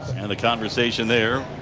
and the conversation there.